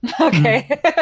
Okay